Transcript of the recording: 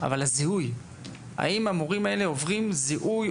אבל הזיהוי, האם המורים האלה עוברים זיהוי?